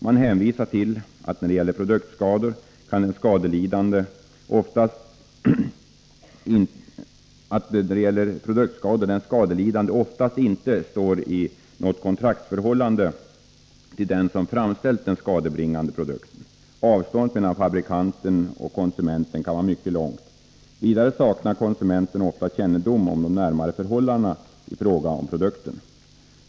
Man hänvisar till att när det gäller produktskador den skadelidande oftast inte står i något kontraktsförhållande till den som framställt den skadebringande produkten. Avståndet mellan fabrikanten och konsumenten kan vara mycket långt. Vidare saknar konsumenten ofta kännedom om de närmare förhållandena i fråga om produkten.